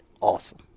Awesome